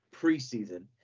preseason